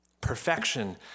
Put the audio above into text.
Perfection